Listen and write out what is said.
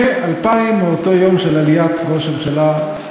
מ-2000, מאותו יום של עליית ראש הממשלה,